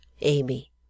Amy